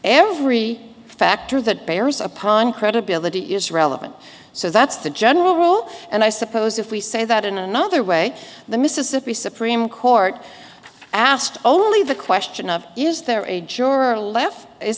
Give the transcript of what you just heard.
every factor that bears upon credibility is relevant so that's the general rule and i suppose if we say that in another way the mississippi supreme court asked only the question of is there a juror left is